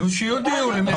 שיודיעו לביטחון פנים.